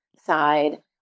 side